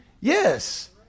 Yes